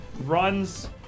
runs